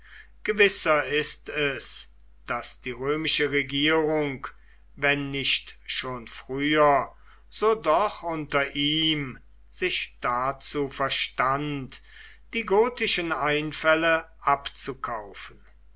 gewisser ist es daß die römische regierung wenn nicht schon früher so doch unter ihm sich dazu verstand die gotischen einfälle abzukaufen